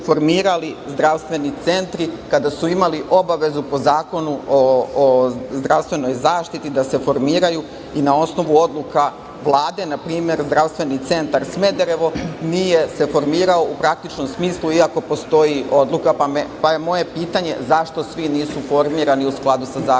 formirali zdravstveni centri kada su imali obavezu po Zakonu o zdravstvenoj zaštiti da se formiraju i na osnovu odluka Vlade, npr. Zdravstveni centar Smederevo nije se formirao u praktičnom smislu, iako postoji odluka, pa je moje pitanje – zašto svi nisu formirani u skladu sa Zakonom